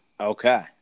Okay